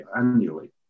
annually